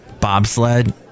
bobsled